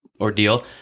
ordeal